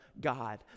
God